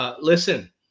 Listen